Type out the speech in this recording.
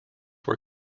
were